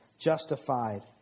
justified